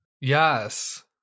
Yes